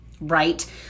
right